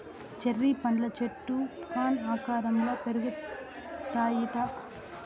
cherry పండ్ల చెట్లు fan ఆకారంల పెరుగుతాయిట